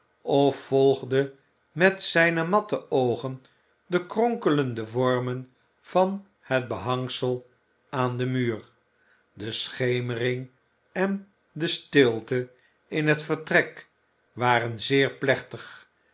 of volgde met zijne matte oogen de kronkelende vormen van het behangsel aan den muur de schemering en de stilte in het vertrek waren zeer plechtig